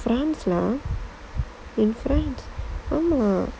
france lah ya